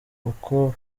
uko